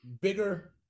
bigger